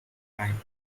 time